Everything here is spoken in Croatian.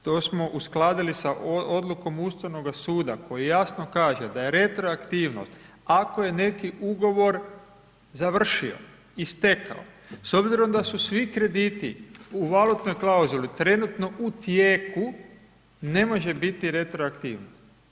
To smo uskladili sa odlukama Ustavnoga suda, koji jasno kaže, da je retroaktivnost, ako je neki ugovor završio, istekao s obzirom da su svi krediti u valutnoj klauzuli trenutno u tijeku, ne može biti retroaktivni.